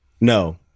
No